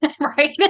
right